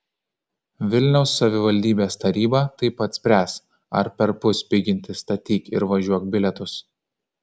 vilniaus savivaldybės taryba taip pat spręs ar perpus piginti statyk ir važiuok bilietus